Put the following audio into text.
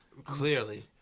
clearly